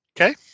Okay